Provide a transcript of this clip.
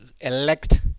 elect